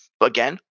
again